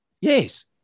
Yes